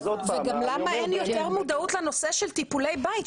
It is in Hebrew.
וגם למה אין יותר מודעות לנושא של טיפולי בית,